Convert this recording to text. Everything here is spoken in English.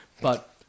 But-